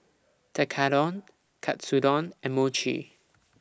Tekkadon Katsudon and Mochi